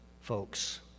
folks